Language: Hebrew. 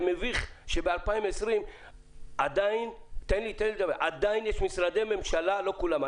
זה מביך שב-2020 עדיין יש משרדי ממשלה לא כולם.